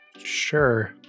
Sure